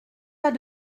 pas